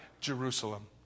Jerusalem